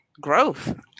growth